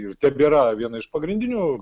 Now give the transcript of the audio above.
ir tebėra viena iš pagrindinių